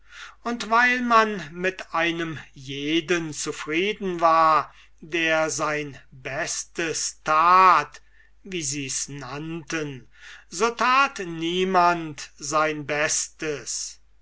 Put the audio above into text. und weil man mit einem jeden zufrieden war der sein bestes tat wie sie's nannten so tat niemand sein bestes